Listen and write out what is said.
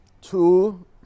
Two